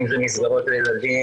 אם זה מסגרות לילדים,